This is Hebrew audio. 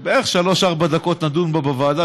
בערך שלוש-ארבע דקות נדון בה בוועדה.